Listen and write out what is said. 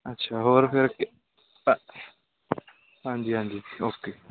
ਅੱਛਾ ਹੋਰ ਫਿਰ ਹਾਂਜੀ ਹਾਂਜੀ ਓਕੇ